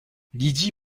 lydie